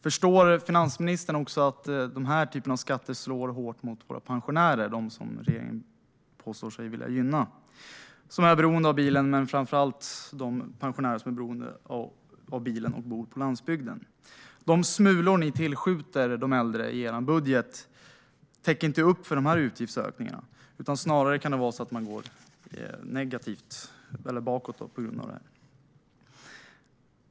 Förstår finansministern att sådana skatter slår hårt mot pensionärerna, dem som regeringen påstår sig vilja gynna? De är beroende av bilen, och det gäller särskilt de pensionärer som bor på landsbygden. De smulor ni tillskjuter de äldre i er budget täcker inte dessa utgiftsökningar, utan det kan snarare vara så att man går bakåt på grund av detta.